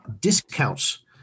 discounts